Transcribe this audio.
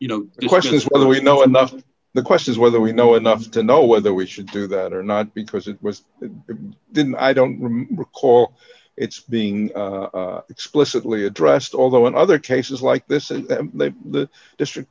you know the question is whether we know enough the questions whether we know enough to know whether we should do that or not because it was then i don't recall it's being explicitly addressed although in other cases like this in the